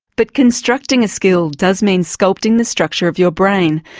but constructing a skill does mean sculpting the structure of your brain.